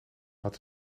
had